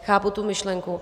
Chápu tu myšlenku.